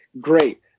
great